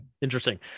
interesting